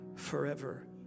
forever